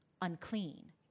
unclean